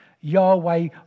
Yahweh